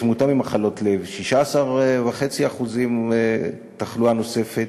תמותה ממחלות לב, 16.5% תחלואה נוספת,